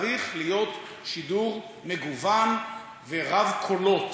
צריך להיות שידור מגוון ורב-קולות.